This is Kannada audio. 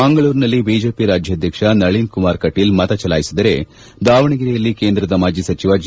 ಮಂಗಳೂರಿನಲ್ಲಿ ಬಿಜೆಪಿ ರಾಜ್ವಾಧ್ವಕ್ಷ ನಳೀನ್ ಕುಮಾರ್ ಕಟೀಲ್ ಮತ ಚಲಾಯಿಸಿದರೆ ದಾವಣಗೆರೆಯಲ್ಲಿ ಕೇಂದ್ರದ ಮಾಜಿ ಸಚಿವ ಜಿ